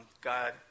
God